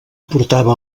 portava